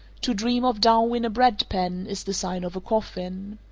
to dream of dough in a bread pan is the sign of a coffin.